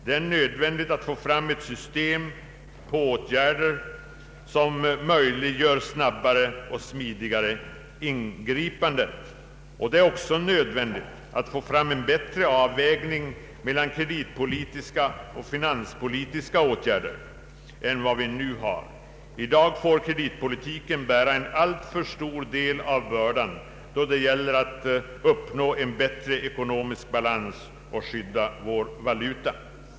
Det är nödvändigt att få fram ett system för åtgärder som möjliggör snabbare och smidigare ingripanden. Det är också nödvändigt att få en bätre avvägning mellan kreditpolitiska och finanspolitiska åtgärder än den vi nu har. I dag får kreditpolitiken bära en alltför stor del av börden då det gäller att uppnå en bättre ekonomisk balans och skydda vår valuta.